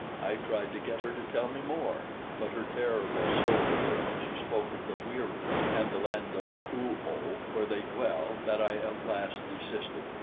i tried to get her to tell me more but her terror was so real when she spoke of the wieroo and the land of oo-oh where they dwell that i at last desisted,